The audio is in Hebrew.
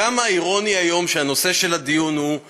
כמה אירוני שהנושא של הדיון היום הוא: